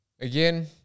again